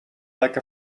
like